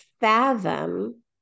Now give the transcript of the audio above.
fathom